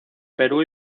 perú